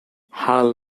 hull